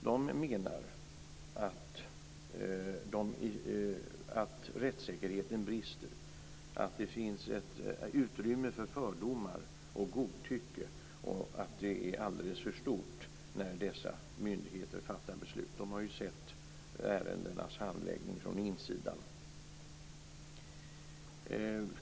De menar att rättssäkerheten brister, att det finns ett utrymme för fördomar och godtycke och att detta är alldeles för stort när dessa myndigheter fattar beslut. De har ju sett ärendenas handläggning från insidan.